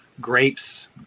grapes